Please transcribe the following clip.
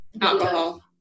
Alcohol